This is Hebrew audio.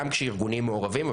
גם כשהארגונים מעורבים,